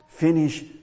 Finish